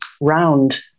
round